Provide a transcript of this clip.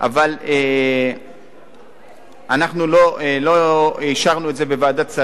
אבל אנחנו לא אישרנו את זה בוועדת השרים.